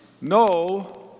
no